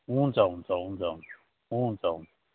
हुन्छ हुन्छ हुन्छ हुन्छ हुन्छ